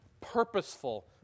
purposeful